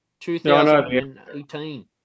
2018